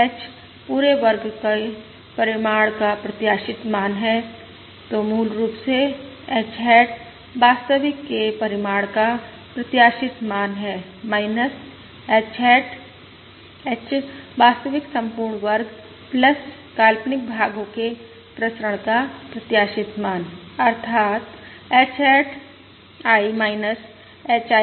H पूरे वर्ग के परिमाण का प्रत्याशित मान है तो मूल रूप से H हैट वास्तविक के परिमाण का प्रत्याशित मान है H हैट H वास्तविक संपूर्ण वर्ग काल्पनिक भागों के प्रसरण का प्रत्याशित मान अर्थात् H हैट I HI वर्ग है